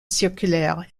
circulaire